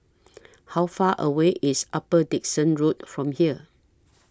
How Far away IS Upper Dickson Road from here